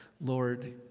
Lord